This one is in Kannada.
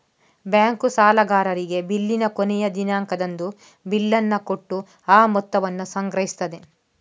ಬ್ಯಾಂಕು ಸಾಲಗಾರರಿಗೆ ಬಿಲ್ಲಿನ ಕೊನೆಯ ದಿನಾಂಕದಂದು ಬಿಲ್ಲನ್ನ ಕೊಟ್ಟು ಆ ಮೊತ್ತವನ್ನ ಸಂಗ್ರಹಿಸ್ತದೆ